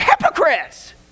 hypocrites